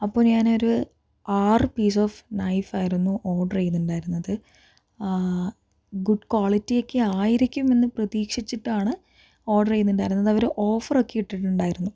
അപ്പോൾ ഞാൻ ഒരു ആറ് പീസ് ഓഫ് നൈഫ് ആയിരുന്നു ഓർഡറ് ചെയ്തിട്ടുണ്ടായിരുന്നത് ഗുഡ് ക്വാളിറ്റി ഒക്കെ ആയിരിക്കും എന്ന് പ്രതീക്ഷിച്ചിട്ടാണ് ഓർഡർ ചെയ്തിട്ടുണ്ടായിരുന്നത് അവർ ഓഫർ ഒക്കെ ഇട്ടിട്ടുണ്ടായിരുന്നു